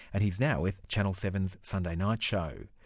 and he's now with channel seven s sunday night show.